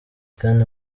kandi